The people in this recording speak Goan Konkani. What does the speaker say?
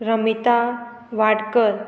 रमिता वाडकर